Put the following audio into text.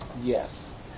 Yes